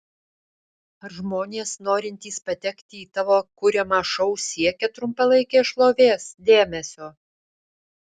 ar žmonės norintys patekti į tavo kuriamą šou siekia trumpalaikės šlovės dėmesio